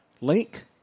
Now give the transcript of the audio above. link